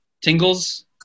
tingles